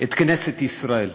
את כנסת ישראל.